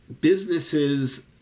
Businesses